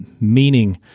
meaning